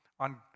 On